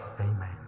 Amen